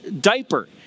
diaper